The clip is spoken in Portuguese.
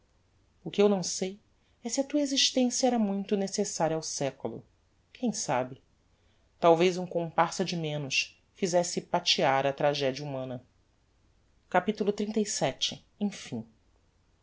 o que eu não sei é se a tua existência era muito necessaria ao século quem sabe talvez um comparsa de menos fizesse patear a tragedia humana capitulo xxxvii emfim